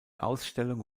ausstellung